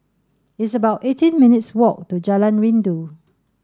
it's about eighteen minutes' walk to Jalan Rindu